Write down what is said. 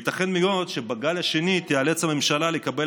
ייתכן מאוד שבגל השני תיאלץ הממשלה לקבל